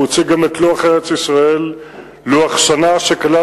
הוא הוציא את "לוח ארץ-ישראל" לוח שנה שכלל